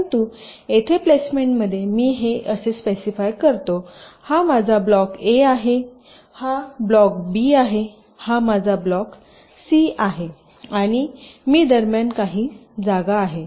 परंतु येथे प्लेसमेंटमध्ये मी हे असे स्पेसिफाय करते हा माझा ब्लॉक ए आहे हा माझा ब्लॉक बी आहे हा माझा ब्लॉक सी आहे आणि मी दरम्यान काही जागा आहे